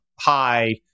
high